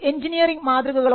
engineering മാതൃകകൾ